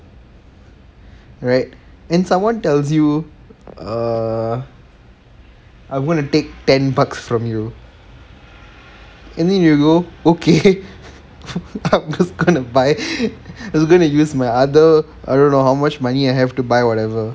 right and someone tells you err I'm gonna take ten bucks from you and then you go okay I'm just gonna buy I'm just going to use my other I don't know how much money I have to buy whatever